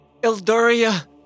Eldoria